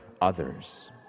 others